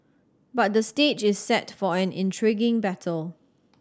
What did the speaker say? but the stage is set for an intriguing battle